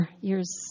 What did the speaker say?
Years